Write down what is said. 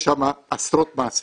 יש שם עשרות מעסיקים,